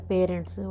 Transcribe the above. Parents